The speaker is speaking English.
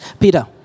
Peter